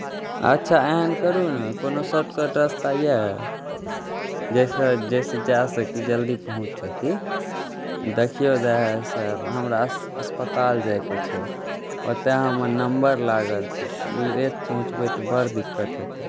अच्छा एहन करू ने कोनो शॉर्टकट रास्ता यए जाहिसँ जा सकी जल्दी पहुँच सकी देखियौ ड्राइवर साहब हमरा अस्पताल जाइके छै ओतय हमर नम्बर लागल छै लेट पहुँचबै तऽ बड दिक्कत हेतै